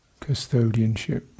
custodianship